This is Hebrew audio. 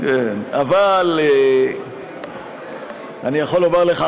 אבל אני יכול לומר לך,